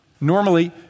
Normally